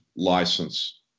license